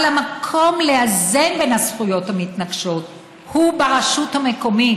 אבל המקום לאזן בין הזכויות המתנגשות הוא ברשות המקומית,